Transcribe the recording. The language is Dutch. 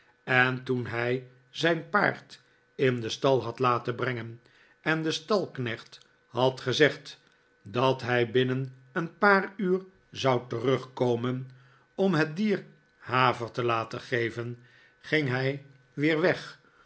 en toen hij zijn paard in den stal had laten brengen en den stalknecht had gezegd dat hij binnen een paar uur zou terugkomen om het dier haver te laten geven ging hij weer weg